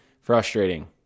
frustrating